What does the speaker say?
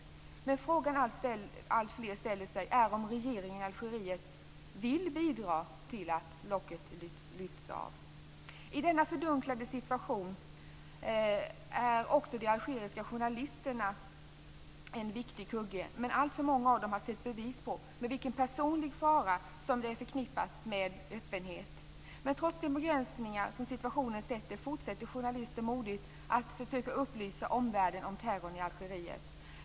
Men den fråga alltfler ställer sig är om regeringen i Algeriet vill bidra till att locket lyfts av. I denna fördunklade situation är också de algeriska journalisterna en viktig kugge. Alltför många av dem har sett bevis på vilken personlig fara som är förknippad med öppenhet. Men trots de begränsningar som situationen sätter, fortsätter journalister modigt att försöka upplysa omvärlden om terrorn i Algeriet.